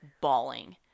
bawling